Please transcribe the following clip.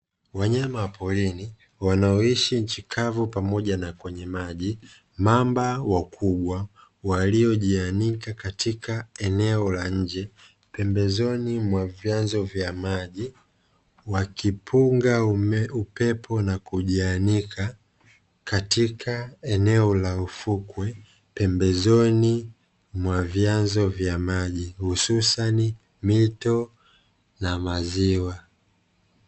Wanyama wa porini wanaoishi nchi kavu maji, mamba wakubwa waliojianika katika pembezoni mwa vyanzo vya maji, wakipunga upepo na kujianika Katika eneo la ufukwe, pembezoni mwa vyanzo vya maji hususani mito na maziwa.